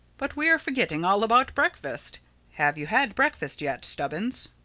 but we are forgetting all about breakfast have you had, breakfast yet, stubbins?